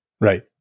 Right